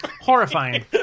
horrifying